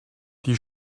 die